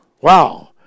Wow